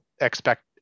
expect